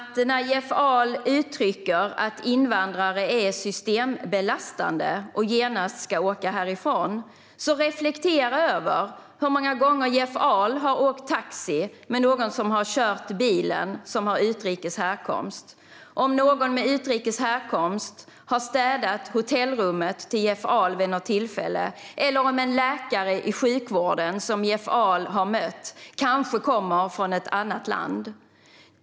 Jeff Ahl uttrycker att invandrare är systembelastande och genast ska åka härifrån. Jeff Ahl kan då reflektera över hur många gånger som han har åkt taxi med en chaufför som har utrikes härkomst, om någon med utrikes härkomst har städat hotellrummet åt honom vid något tillfälle eller om en läkare i sjukvården som Jeff Ahl har mött kanske kommer från ett annat land.